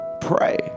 pray